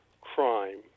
crime